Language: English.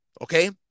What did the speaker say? okay